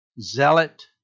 zealot